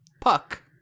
Puck